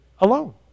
alone